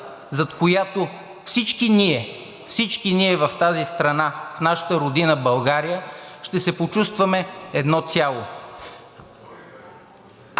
зад която всички ние, всички ние в тази страна, в нашата родина България ще се почувстваме едно цяло.